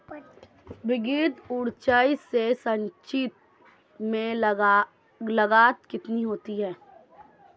विद्युत ऊर्जा से सिंचाई में लागत कितनी होती है?